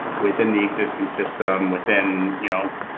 within the existing system within. you know